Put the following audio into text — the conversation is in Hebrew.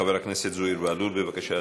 חבר הכנסת זוהיר בהלול, בבקשה,